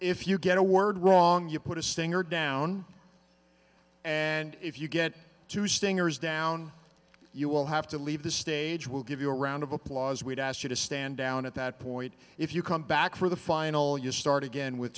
if you get a word wrong you put a stinger down and if you get too stingers down you will have to leave the stage will give you a round of applause we'd ask you to stand down at that point if you come back for the final you start again with